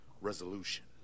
resolution